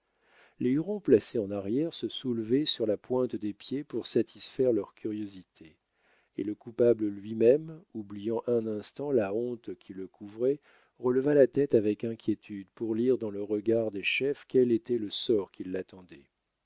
les hurons placés en arrière se soulevaient sur la pointe des pieds pour satisfaire leur curiosité et le coupable lui-même oubliant un instant la honte qui le couvrait releva la tête avec inquiétude pour lire dans le regard des chefs quel était le sort qui l'attendait